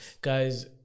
guys